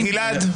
גלעד,